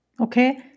okay